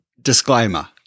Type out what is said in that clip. disclaimer